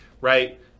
right